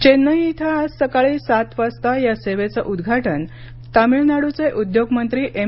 चेन्नई इथं आज सकाळी सात वाजता या सेवेचं उद्घाटन तमिळनाडूचे उद्योगमंत्री एम